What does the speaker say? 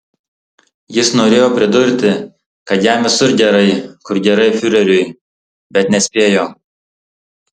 jis norėjo pridurti kad jam visur gerai kur gerai fiureriui bet nespėjo